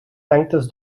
lengtes